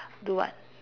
do what